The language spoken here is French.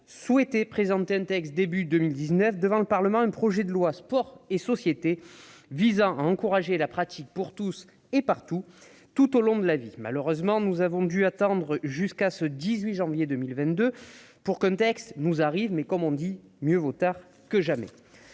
souhaiter présenter au début de 2019 devant le Parlement un projet de loi Sport et société, visant à encourager la pratique pour tous et partout, tout au long de la vie. Malheureusement, nous avons dû attendre jusqu'à ce 18 janvier 2022 pour qu'un texte nous arrive en séance publique. Comme on dit, mieux vaut tard que jamais